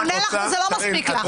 הוא עונה לך, וזה לא מספיק לך.